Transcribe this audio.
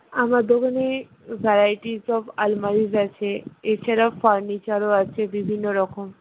আমার দোকানে ভ্যারাইটির সব আলমারিজ আছে এছাড়াও ফার্নিচারও আছে বিভিন্ন রকম